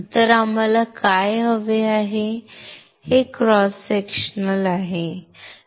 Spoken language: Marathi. तर आम्हाला काय हवे आहे हे क्रॉस सेक्शनल आहे